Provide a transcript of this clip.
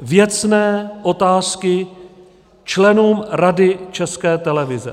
věcné otázky členům Rady České televize.